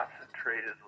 concentrated